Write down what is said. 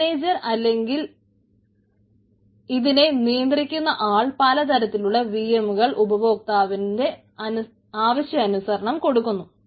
manager അല്ലെങ്കിൽ ഇതിനെ നിയന്ത്രിക്കുന്ന ആൾ പലതരത്തിലുള്ള vm കൾ ഉപഭോക്താവിന് ആവശ്യാനുസരണം കൊടുക്കുന്നു